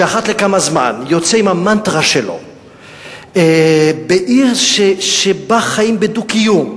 שאחת לכמה זמן יוצא עם המנטרה שלו בעיר שבה חיים בדו-קיום,